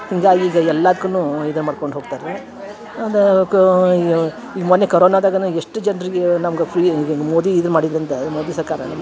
ಹೀಗಾಗಿ ಈಗ ಎಲ್ಲದಕ್ಕೂನು ಮಾಡ್ಕೊಂಡು ಹೋಗ್ತಾರೆ ಒಂದು ಕ ಮೊನ್ನೆ ಕರೋನದಾಗನು ಎಷ್ಟು ಜನಿರಗೆ ನಮ್ಗೆ ಫ್ರೀ ಮೋದಿ ಇದು ಮಾಡಿದ್ದರಿಂದ ಮೋದಿ ಸರ್ಕಾರ ನಮ್ಗ